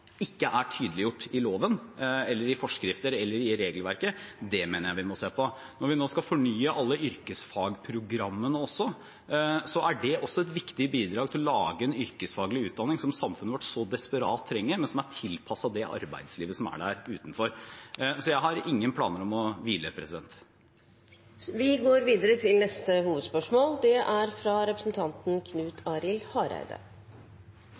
ikke er tydeliggjort i loven, i forskrifter eller i regelverket. Det mener jeg vi må se på. Når vi nå skal fornye alle yrkesfagprogrammene, er også det et viktig bidrag til å lage en yrkesfaglig utdanning som samfunnet vårt så desperat trenger, men som er tilpasset det arbeidslivet som er der ute. Så jeg har ingen planer om å hvile. Vi går videre til neste hovedspørsmål.